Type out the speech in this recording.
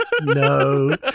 No